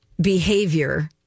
behavior